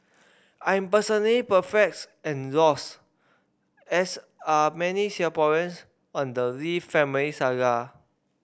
I am personally perplexed and lost as are many Singaporeans on the Lee family saga